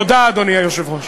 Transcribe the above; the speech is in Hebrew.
תודה, אדוני היושב-ראש.